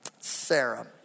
Sarah